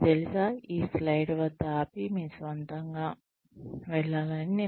మీకు తెలుసా ఈ స్లయిడ్ వద్ద ఆపి మీ స్వంతంగా వెళ్ళండి